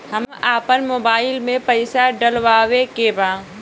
हम आपन मोबाइल में पैसा डलवावे के बा?